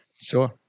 Sure